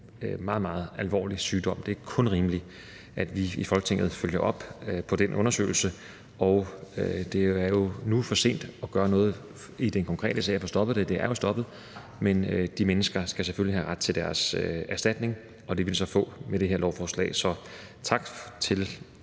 meget, meget alvorlig sygdom. Det er kun rimeligt, at vi i Folketinget følger op på den undersøgelse – det er jo for sent nu at gøre noget i den konkrete sag, altså at få stoppet det, og det er jo stoppet – men de mennesker skal selvfølgelig have ret til deres erstatning, og det vil de så få med det her lovforslag. Så tak til